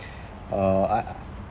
uh I uh